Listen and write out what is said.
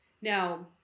Now